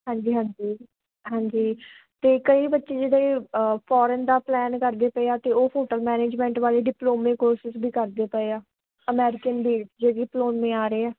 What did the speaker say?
ਹਾਂਜੀ ਹਾਂਜੀ ਹਾਂਜੀ ਅਤੇ ਕਈ ਬੱਚੇ ਜਿਹੜੇ ਫੋਰਨ ਦਾ ਪਲੈਨ ਕਰਦੇ ਪਏ ਆ ਅਤੇ ਉਹ ਹੋਟਲ ਮੈਨੇਜਮੈਂਟ ਵੱਲ ਡਿਪਲੋਮੇ ਕੋਰਸਿਸ ਵੀ ਕਰਦੇ ਪਏ ਆ ਅਮੈਰੀਕਨ ਵੀ 'ਚ ਵੀ ਡਿਪਲੋਮੇ ਆ ਰਹੇ ਆ